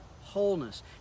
wholeness